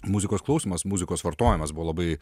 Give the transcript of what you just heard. muzikos klausymas muzikos vartojimas buvo labai